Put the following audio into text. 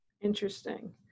Interesting